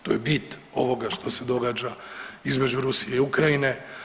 To je bit ovoga što se događa između Rusije i Ukrajine.